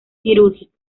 quirúrgica